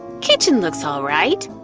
kitchen looks all right.